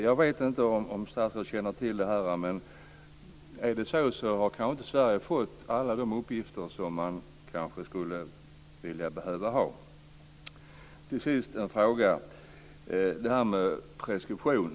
Jag vet inte om statsrådet känner till detta, men om det är så här har Sverige inte fått alla de uppgifter som vi kanske skulle behöva ha. Till sist har jag en fråga om preskription.